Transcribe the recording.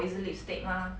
oh ya